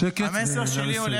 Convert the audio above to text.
שקט, ונא לסיים.